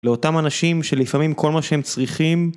לאותם אנשים שלפעמים כל מה שהם צריכים.